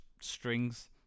strings